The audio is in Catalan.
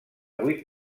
vuit